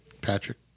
Patrick